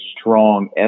strong